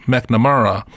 McNamara